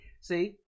See